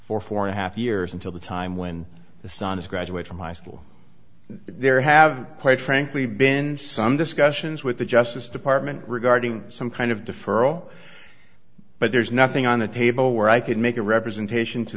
for four and a half years until the time when the son is graduate from high school there have quite frankly been some discussions with the justice department regarding some kind of deferral but there's nothing on the table where i could make a representation to